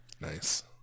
Nice